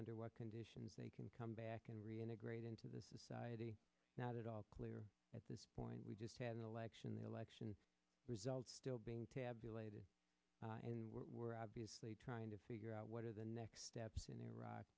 er what conditions they can come back and reintegrate into the society not at all clear at this point we just had an election the election results still being tabulated and what we're obviously trying to figure out what are the next steps in iraq